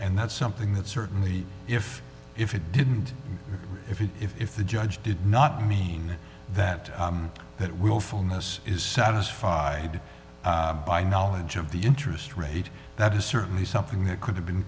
and that's something that certainly if if it didn't if you if the judge did not mean that that wilfulness is satisfied by knowledge of the interest rate that is certainly something that could have been